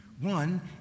One